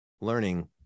learning